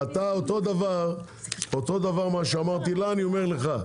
אבל אותו דבר כמו שאמרתי לה אני אומר גם לך,